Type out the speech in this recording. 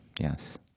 Yes